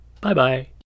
Bye-bye